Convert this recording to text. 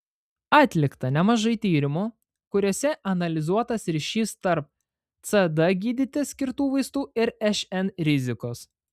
atlikta nemažai tyrimų kuriuose analizuotas ryšys tarp cd gydyti skirtų vaistų ir šn rizikos